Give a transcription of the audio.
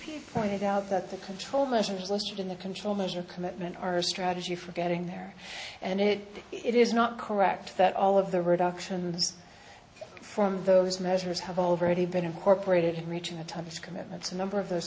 for pointed out that the control measures listed in the control measure commitment are a strategy for getting there and it it is not correct that all of the reductions from those measures have already been incorporated in reaching a type of commitments a number of those